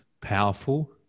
powerful